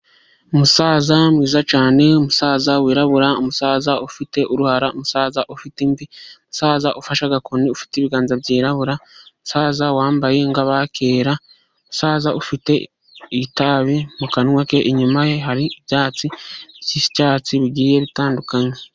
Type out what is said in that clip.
Umusaza mwiza cyane, umusaza wirabura, umusaza ufite uruhara, umusaza ufite imvi, umusaza ufashe agakoni ufite ibiganza byirabura, umusaza wambaye nkabakera, umusaza ufite itabi mu kanwa ke, inyuma ye hari ibyatsi by'icyatsi bigiye gutandukanye.